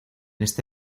este